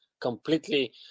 completely